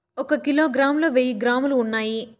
ఒక కిలోగ్రామ్ లో వెయ్యి గ్రాములు ఉన్నాయి